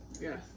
yes